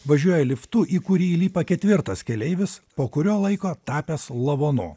važiuoja liftu į kurį įlipa ketvirtas keleivis po kurio laiko tapęs lavonu